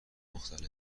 مختلف